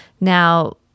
Now